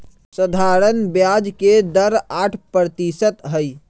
सधारण ब्याज के दर आठ परतिशत हई